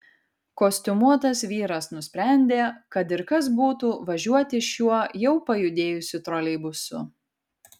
kostiumuotas vyras nusprendė kad ir kas būtų važiuoti šiuo jau pajudėjusiu troleibusu